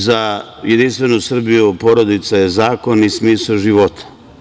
Za Jedinstvenu Srbiju porodica je zakon i smisao života.